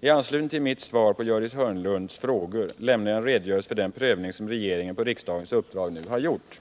I anslutning till mitt svar på Gördis Hörnlunds frågor lämnar jag en redogörelse för den prövning som regeringen på riksdagens uppdrag nu har gjort.